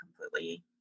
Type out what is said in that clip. completely